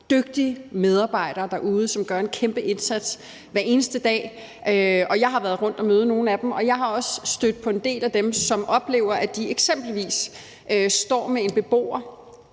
dygtige medarbejdere derude, som gør en kæmpe indsats hver eneste dag. Jeg har været rundt at møde nogle af dem. Jeg er også stødt på en del af dem, som oplever, at de eksempelvis står med en beboer,